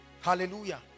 hallelujah